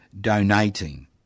donating